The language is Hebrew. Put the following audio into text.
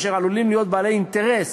אשר עלולים להיות בעלי אינטרס